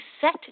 set